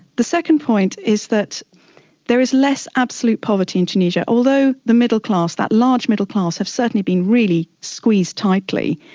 the second point is that there is less absolute poverty in tunisia. although the middle-class, that large middle-class, have certainly been really squeezed tightly,